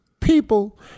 people